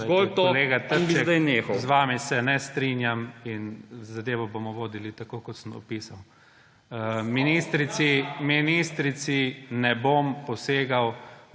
ZORČIČ: Kolega Trček, z vami se ne strinjam in zadevo bomo vodili tako, kot sem opisal. Ministrici ne bom posegal